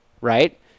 right